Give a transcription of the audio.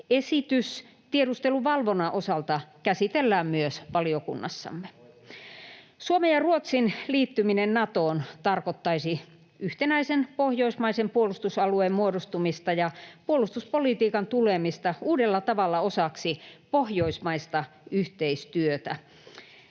esitys tiedusteluvalvonnan osalta käsitellään myös valiokunnassamme. [Pauli Kiuru: Oikein!] Suomen ja Ruotsin liittyminen Natoon tarkoittaisi yhtenäisen pohjoismaisen puolustusalueen muodostumista ja puolustuspolitiikan tulemista uudella tavalla osaksi pohjoismaista yhteistyötä.